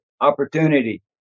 opportunity